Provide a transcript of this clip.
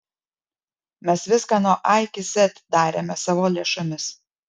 mes viską nuo a iki z darėme savo lėšomis